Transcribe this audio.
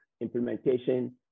implementation